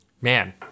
Man